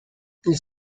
ils